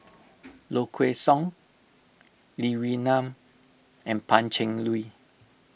Low Kway Song Lee Wee Nam and Pan Cheng Lui